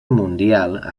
mundial